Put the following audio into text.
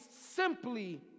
simply